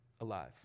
alive